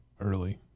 early